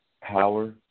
power